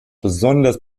besonders